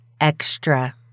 extra